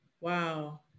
wow